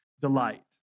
delight